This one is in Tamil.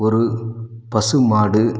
ஒரு பசுமாடு